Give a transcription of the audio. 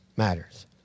matters